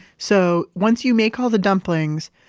so once you make all the dumplings,